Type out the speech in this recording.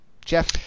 Jeff